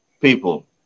People